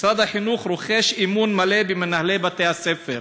משרד החינוך רוחש אמון מלא למנהלי בתי-הספר.